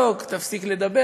שדווקא